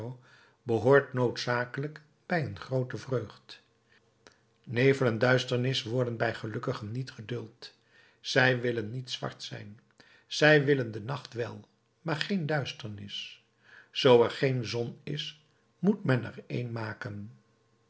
behoort noodzakelijk bij een groote vreugd nevel en duisternis worden bij gelukkigen niet geduld zij willen niet zwart zijn zij willen den nacht wel maar geen duisternis zoo er geen zon is moet men er een maken